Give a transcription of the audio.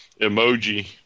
emoji